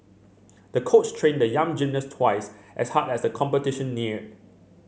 the coach trained the young gymnast twice as hard as the competition neared